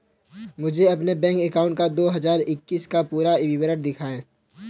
मुझे अपने bank account का दो हज़ार इक्कीस का पूरा विवरण दिखाएँ?